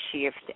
shift